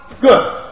Good